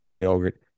yogurt